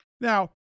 Now